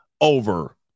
over